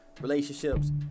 relationships